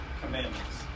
Commandments